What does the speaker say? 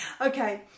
Okay